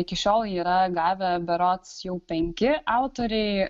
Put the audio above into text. iki šiol jį yra gavę berods jau penki autoriai